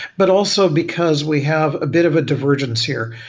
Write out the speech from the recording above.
but also because we have a bit of a divergence here.